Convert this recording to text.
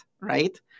right